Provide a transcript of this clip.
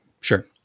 Sure